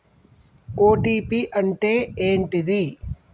OTP అంటే ఏంటిది?